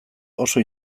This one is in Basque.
oso